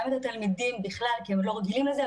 את התלמידים בכלל כי הם לא רגילים לזה,